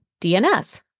DNS